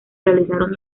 realizaron